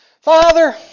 Father